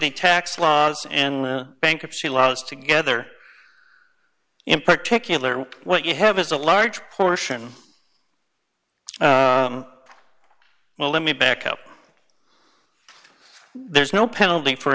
the tax laws and bankruptcy laws together in particular what you have is a large portion well let me back up there's no penalty for